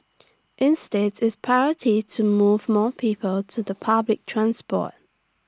insteads its priority to move more people to the public transport